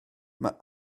mae